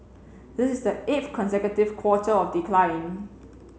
this is the eighth consecutive quarter of decline